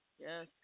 yes